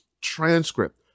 transcript